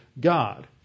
God